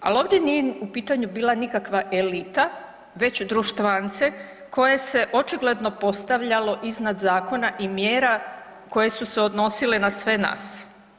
Ali ovdje nije bilo u pitanju nikakva elita, već društvance koje se očigledno postavljalo iznad zakona i mjera koje su se odnosile na sve nas.